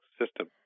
system